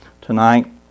tonight